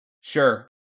sure